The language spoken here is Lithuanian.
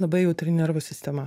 labai jautri nervų sistema